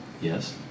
Yes